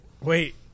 wait